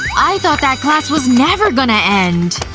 i thought that class was never gonna end.